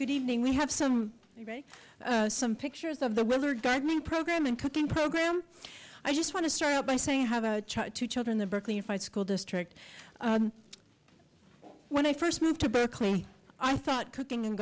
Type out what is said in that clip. good evening we have some some pictures of the willard gardening program and cooking program i just want to start out by saying i have two children the berkeley five school district when i first moved to berkeley i thought cooking and